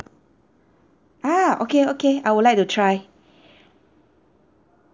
ah okay okay I would like to try